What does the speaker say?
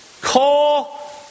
Call